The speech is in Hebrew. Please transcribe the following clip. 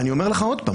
אני אומר לך עוד פעם.